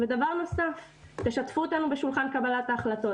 דבר נוסף, תשתפו אותנו בשולחן קבלת ההחלטות.